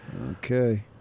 Okay